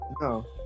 no